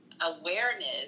awareness